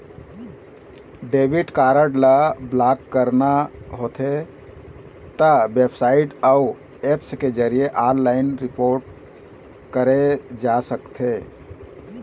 debit card ल block कराना होथे त बेबसाइट अउ ऐप्स के जरिए ऑनलाइन रिपोर्ट करे जा सकथे